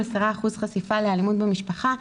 10% חשיפה לאלימות במשפחה.